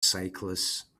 cyclists